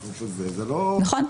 נכון.